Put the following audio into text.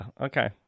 okay